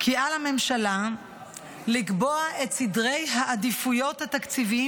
כי על הממשלה לקבוע את סדרי העדיפויות התקציביים